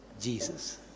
Jesus